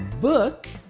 book?